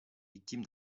victime